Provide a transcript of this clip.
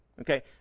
Okay